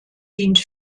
dient